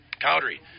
Cowdery